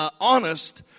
honest